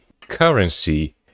currency